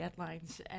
deadlines